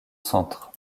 centre